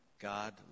God